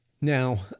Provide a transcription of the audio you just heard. Now